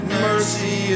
mercy